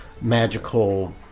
magical